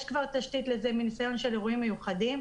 יש לזה כבר תשתית מניסיון של אירועים מיוחדים.